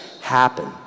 happen